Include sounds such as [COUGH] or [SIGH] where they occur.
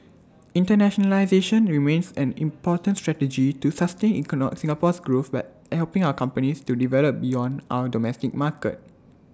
internationalisation remains an important strategy to sustain [UNINTELLIGIBLE] Singapore's growth by helping our companies to develop beyond our domestic market